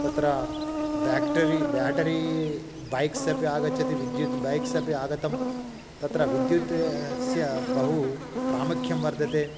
तत्र ब्याक्टरि battery bikes अपि आगच्छन्ति विद्युत् बैक्स् अपि आगतं तत्र विद्युतः बहु प्रामुख्यं वर्तते